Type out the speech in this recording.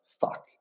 fuck